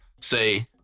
say